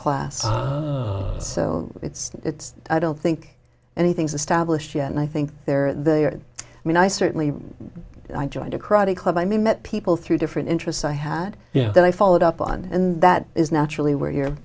class so it's it's i don't think anything's established yet and i think they're there i mean i certainly i joined a crowded club i met people through different interests i had that i followed up on and that is naturally where